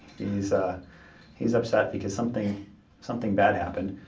he's ah he's upset because something something bad happened.